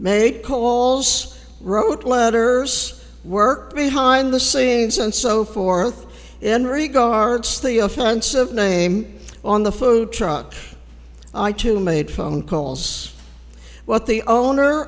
made call wrote letters work behind the scenes and so forth in regards to the offensive name on the food truck i too made phone calls what the owner